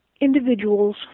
individuals